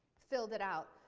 filled it out,